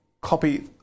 copy